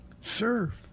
serve